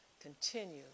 continue